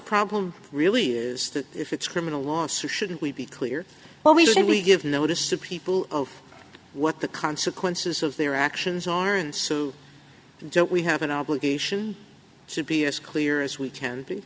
problem really is that if it's criminal law suit shouldn't we be clear what we should we give notice to people of what the consequences of their actions are and so don't we have an obligation to be as clear as we can be